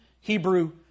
Hebrew